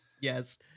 Yes